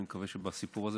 אני מקווה שבסיפור הזה